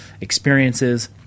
experiences